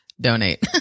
donate